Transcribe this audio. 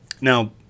Now